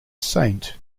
saint